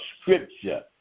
Scripture